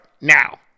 Now